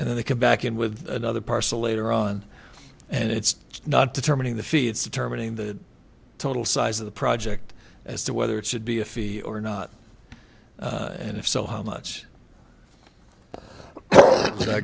and then they come back in with another parcel later on and it's not determining the fee it's determining the total size of the project as to whether it should be a fee or not and if so how much